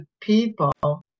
people